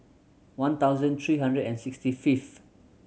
one thousand three hundred and sixty fifth